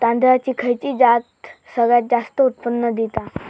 तांदळाची खयची जात सगळयात जास्त उत्पन्न दिता?